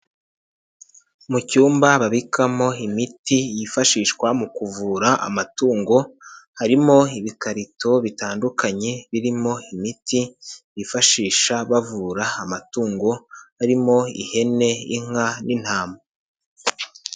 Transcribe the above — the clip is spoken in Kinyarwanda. Mu cyumba babikamo imiti yifashishwa mu kuvura amatungo harimo ibikarito bitandukanye birimo imiti bifashisha bavura amatungo harimo ihene, inka n'intama.